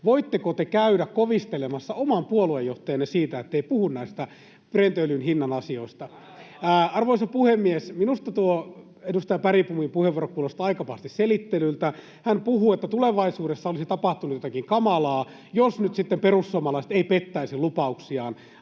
Voitteko te käydä kovistelemassa oman puoluejohtajanne siitä, ettei puhu näistä Brent-öljyn hinnan asioista? [Miko Bergbom: Hän alentaa veroja!] Arvoisa puhemies! Minusta tuo edustaja Bergbomin puheenvuoro kuulosti aika pahasti selittelyltä. Hän puhui, että tulevaisuudessa olisi tapahtunut jotakin kamalaa, jos nyt sitten perussuomalaiset eivät pettäisi lupauksiaan